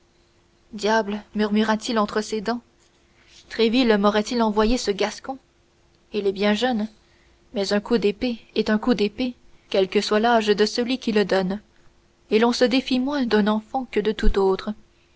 diable murmura-t-il entre ses dents tréville m'aurait-il envoyé ce gascon il est bien jeune mais un coup d'épée est un coup d'épée quel que soit l'âge de celui qui le donne et l'on se défie moins d'un enfant que de tout autre